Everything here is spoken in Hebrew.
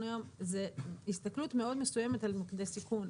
היום זה הסתכלות מאוד מסוימת על מוקדי סיכון,